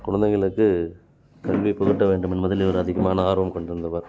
குழந்தைகளுக்கு கல்வியை புகட்ட வேண்டுமென்பதில் இவர் அதிகமான ஆர்வம் கொண்டிருந்தவர்